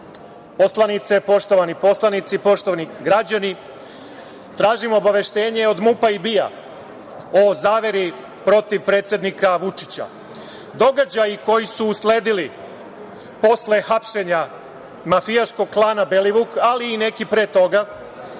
poslanice, poštovani poslanici, poštovani građani, tražim obaveštenje od MUP i BIA o zaveri protiv predsednika Vučića. Događaji koji su usledili posle hapšenja mafijaškog klana Belivuk, ali i neki pre toga